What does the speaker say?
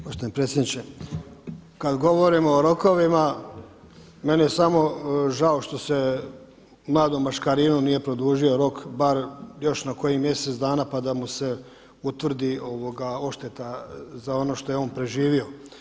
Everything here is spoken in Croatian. Poštovani predsjedniče, kad govorimo o rokovima meni je samo žao što se mladom Maškarinu nije produžio rok bar još na koji mjesec dana pa da mu se utvrdi odšteta za ono što je on proživio.